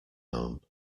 home